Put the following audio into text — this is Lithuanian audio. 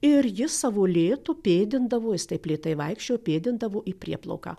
ir jis savo lėtu pėdindavo jis taip lėtai vaikščiojo pėdindavo į prieplauką